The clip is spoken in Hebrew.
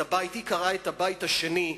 היא קראה את הבית השני,